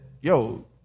Yo